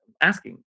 asking